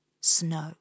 snow